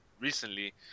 recently